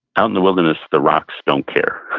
out in the wilderness, the rocks don't care.